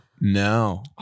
No